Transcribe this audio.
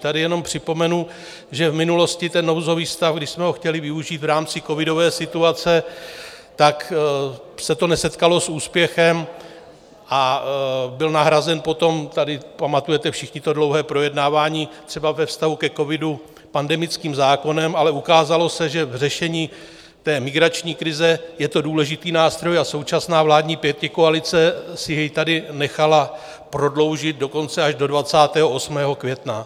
Tady jenom připomenu, že v minulosti nouzový stav, když jsme ho chtěli využít v rámci covidové situace, tak se to nesetkalo s úspěchem a byl nahrazen potom tady pamatujete všichni to dlouhé projednávání třeba ve vztahu ke covidu pandemickým zákonem, ale ukázalo se, že v řešení migrační krize je to důležitý nástroj, a současná vládní pětikoalice si jej tady nechala prodloužit dokonce až do 28. května.